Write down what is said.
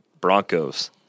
Broncos